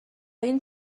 این